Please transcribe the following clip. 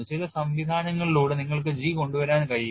ചില സംവിധാനങ്ങളിലൂടെ നിങ്ങൾക്ക് G കൊണ്ടുവരാൻ കഴിയും